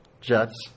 jets